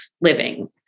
living